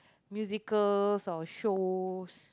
musical or shows